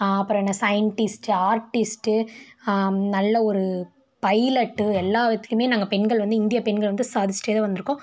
அப்பறம் என்ன scientist artist நல்ல ஒரு பைலட்டு எல்லாத்துலியுமே நாங்கள் பெண்கள் வந்து இந்திய பெண்கள் வந்து சாதிச்சுட்டேதான் வந்திருக்கோம்